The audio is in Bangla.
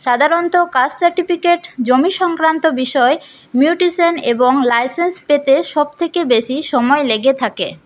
সাধারণত কাস্ট সার্টিফিকেট জমি সংক্রান্ত বিষয় মিউটেশন এবং লাইসেন্স পেতে সব থেকে বেশি সময় লেগে থাকে